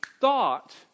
thought